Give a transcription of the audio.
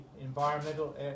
environmental